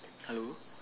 hello